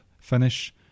finish